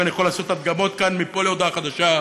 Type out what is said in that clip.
ואני יכול לעשות הדגמה כאן מפה עד להודעה חדשה,